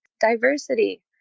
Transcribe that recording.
diversity